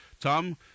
tom